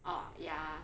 oh ya